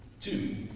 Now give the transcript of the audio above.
Two